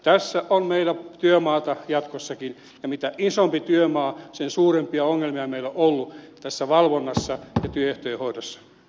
tässä on meillä työmaata jatkossakin ja mitä isompi työmaa sen suurempia ongelmia meillä on ollut tässä valvonnassa ja työehtojen hoidossa